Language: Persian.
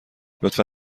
لطفا